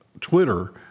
Twitter